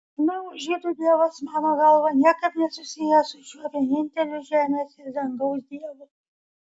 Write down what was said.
na o žydų dievas mano galva niekaip nesusijęs su šiuo vieninteliu žemės ir dangaus dievu